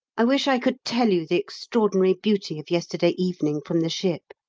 i wish i could tell you the extraordinary beauty of yesterday evening from the ship.